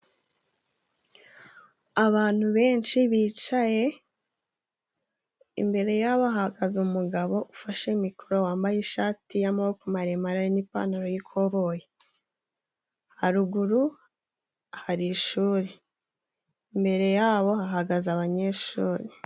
Abantu benshi bicaye imbere yabo bahagaze umugabo ufashe mikoro wambaye ishati y'amaboko maremare n'ipantaro y'ikoboyi, haruguru hari ishuri mbere yabo hahagaze abanyeshuri.